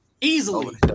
Easily